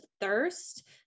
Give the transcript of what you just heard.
thirst